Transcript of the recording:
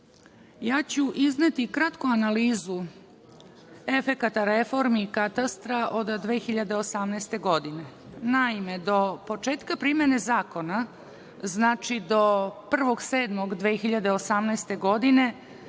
ja ću izneti kratku analizu efekata reformi katastra od 2018. godine. Naime, do početka primene zakona, znači do 1. jula 2018. godine